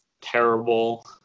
terrible